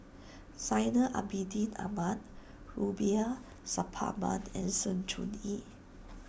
Zainal Abidin Ahmad Rubiah Suparman and Sng Choon Yee